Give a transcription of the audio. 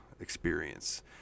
Experience